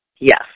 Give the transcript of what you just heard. Yes